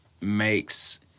makes